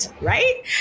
right